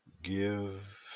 Give